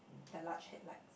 the large headlights